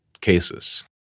cases